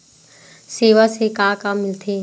सेवा से का का मिलथे?